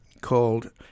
called